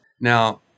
Now